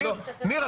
ניר,